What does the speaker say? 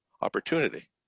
opportunity